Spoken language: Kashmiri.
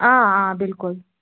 آ آ بِلکُل